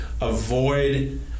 avoid